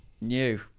New